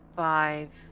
five